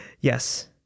yes